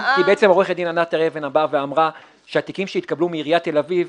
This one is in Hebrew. עורכת דין ענת הר אבן אמרה שהתיקים שהתקבלו מעיריית תל אביב,